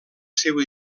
seu